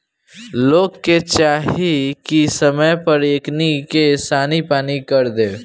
लोग के चाही की समय पर एकनी के सानी पानी कर देव